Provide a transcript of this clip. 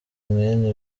mwene